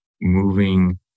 moving